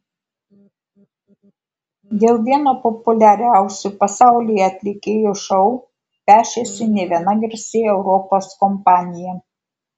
dėl vieno populiariausių pasaulyje atlikėjo šou pešėsi ne viena garsi europos kompanija